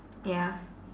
ya